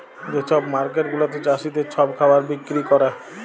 যে ছব মার্কেট গুলাতে চাষীদের ছব খাবার বিক্কিরি ক্যরে